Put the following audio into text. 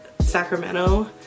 sacramento